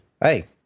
Hey